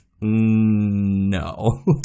no